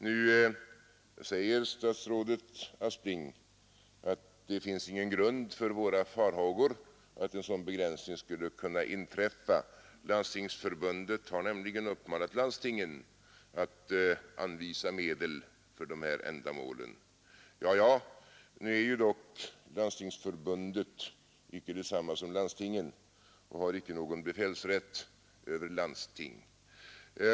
Nu säger statsrådet Aspling att det inte finns någon grund för våra farhågor att en sådan begränsning skulle kunna inträffa. Landstingsförbundet har nämligen uppmanat landstingen att anvisa medel för dessa ändamål. Nåja, nu är dock Landstingsförbundet icke detsamma som landstingen och har icke: någon befälsrätt över landsting.